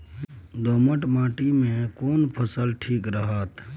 दोमट माटी मे केना फसल ठीक रहत?